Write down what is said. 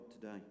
today